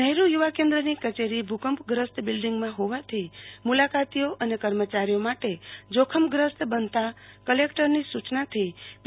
Nehru Yuva કેન્દ્રની કચેરી ભુકંપગ્રસ્ત બિલ્ડીંગમાં હોવાથી મુલાકાતીઓ અને કર્મ્યારીઓ માટે જોખમગ્રસ્ત બનતા કલેક્ટરની સુ ચનાથી પી